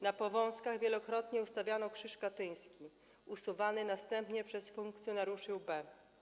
Na Powązkach wielokrotnie ustawiano krzyż katyński, usuwany następnie przez funkcjonariuszy UB.